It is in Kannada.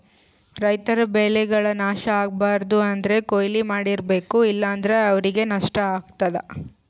ರೈತರ್ ಬೆಳೆಗಳ್ ನಾಶ್ ಆಗ್ಬಾರ್ದು ಅಂದ್ರ ಕೊಯ್ಲಿ ಮಾಡ್ತಿರ್ಬೇಕು ಇಲ್ಲಂದ್ರ ಅವ್ರಿಗ್ ನಷ್ಟ ಆಗ್ತದಾ